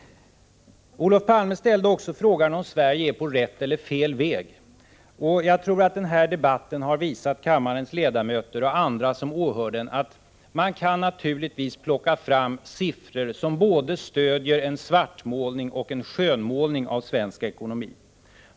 Olof Palme ställde också frågan om Sverige är på rätt eller fel väg. Jag tror att den här debatten har visat kammarens ledamöter och andra som åhör den att man naturligtvis kan plocka fram siffror som stöder både en svartmålning och en skönmålning av svensk ekonomi.